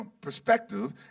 perspective